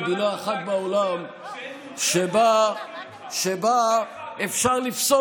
תנו לי מדינה אחת בעולם שבה אפשר לפסול